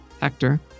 Hector